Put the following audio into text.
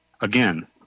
again